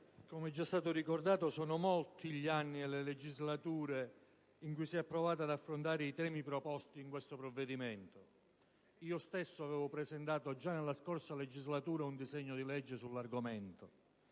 come è già stato ricordato sono molti gli anni e le legislature in cui si è provato ad affrontare i temi proposti con questo provvedimento. Io stesso avevo presentato già nella scorsa legislatura un disegno di legge sull'argomento.